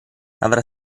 avrà